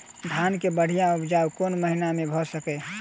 धान केँ बढ़िया उपजाउ कोण महीना मे भऽ सकैय?